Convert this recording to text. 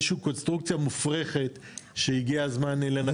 איזושהי קונסטרוקציה מופרכת שהגיע הזמן לנתק אותה.